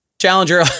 challenger